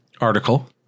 article